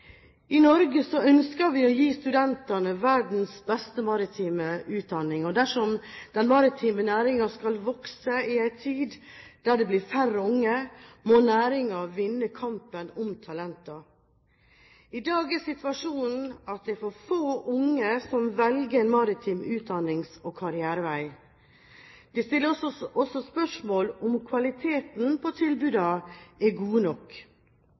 I Norge ønsker vi å gi studentene verdens beste maritime utdanning, og dersom den maritime næringen skal vokse i en tid der det blir færre unge, må næringen vinne kampen om talentene. I dag er situasjonen at det er for få unge som velger en maritim utdannings- og karrierevei. Det stilles også spørsmål ved om kvaliteten på tilbudene er gode nok.